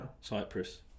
Cyprus